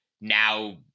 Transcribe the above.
now